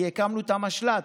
כי הקמנו את המשל"ט,